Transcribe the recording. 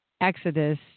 Exodus